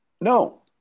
No